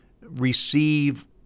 receive